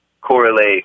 correlate